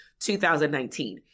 2019